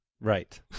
Right